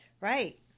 Right